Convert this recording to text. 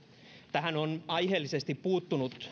tähän on aiheellisesti puuttunut